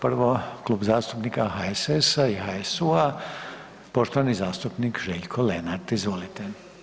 Prvo Kluba zastupnika HSS-a i HSU-a poštovani zastupnik Željko Lenart, izvolite.